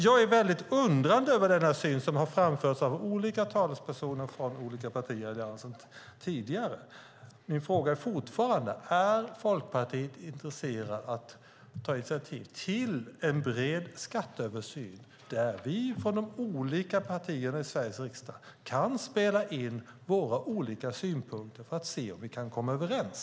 Jag är väldigt undrande över den syn som har framförts av olika talespersoner från olika partier i Alliansen tidigare. Min fråga är fortfarande: Är Folkpartiet intresserat av att ta initiativ till en bred skatteöversyn där vi från de olika partierna i Sveriges riksdag kan spela in våra olika synpunkter för att se om vi kan komma överens?